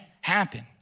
happen